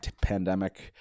pandemic